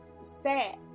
sad